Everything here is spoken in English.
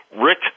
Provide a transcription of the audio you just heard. Rick